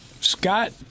Scott